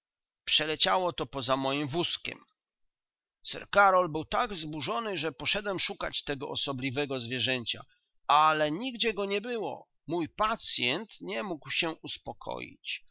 przeleciało to po za moim wózkiem sir karol był tak wzburzony że poszedłem szukać tego osobliwego zwierzęcia ale nigdzie go nie było mój pacyent nie mógł się uspokoić